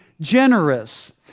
generous